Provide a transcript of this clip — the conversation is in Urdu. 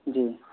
جی